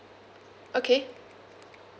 okay